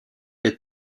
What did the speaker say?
est